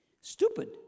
stupid